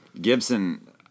Gibson